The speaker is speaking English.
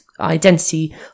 identity